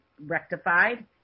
rectified